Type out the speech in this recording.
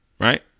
Right